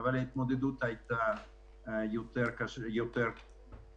אבל ההתמודדות הייתה יותר מיידית.